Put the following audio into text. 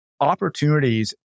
opportunities